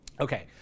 okay